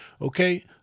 okay